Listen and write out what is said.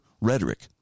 rhetoric